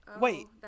Wait